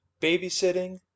Babysitting